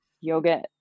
yoga